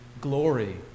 glory